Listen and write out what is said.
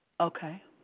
Okay